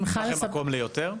אין לכם מקום ליותר?